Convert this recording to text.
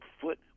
foot